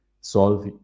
solve